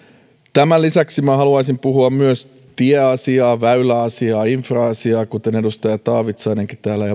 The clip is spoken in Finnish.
tämän lisäksi haluaisin puhua myös tieasiaa väyläasiaa infra asiaa kuten edustaja taavitsainenkin täällä